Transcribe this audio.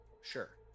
sure